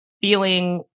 feeling